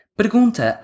pergunta